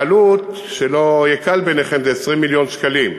והעלות, שלא יקל בעיניכם, היא 20 מיליון שקלים,